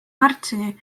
märtsini